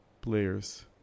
players